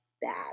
bad